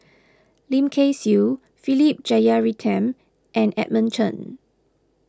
Lim Kay Siu Philip Jeyaretnam and Edmund Chen